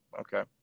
okay